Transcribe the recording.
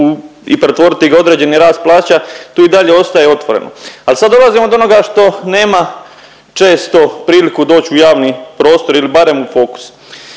i pretvoriti ga u određeni rast plaća tu i dalje ostaje otvoreno. Al sad dolazimo do onoga što nema često priliku doć u javni prostor ili barem u fokus.